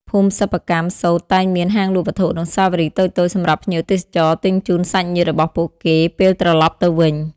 ភូមិសិប្បកម្មសូត្រតែងមាន ហាងលក់វត្ថុអនុស្សាវរីយ៍ តូចៗសម្រាប់ភ្ញៀវទេសចរទិញជូនសាច់ញាតិរបស់ពួកគេ ពេលត្រឡប់ទៅវិញ។